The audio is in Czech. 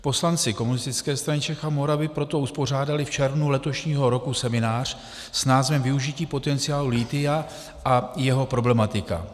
Poslanci Komunistické strany Čech a Moravy proto uspořádali v červnu letošního roku seminář s názvem využití potenciálu lithia a jeho problematika.